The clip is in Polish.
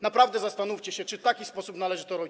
Naprawdę zastanówcie się, czy w taki sposób należy to robić.